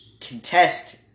contest